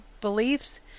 beliefs